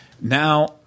now